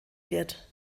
wird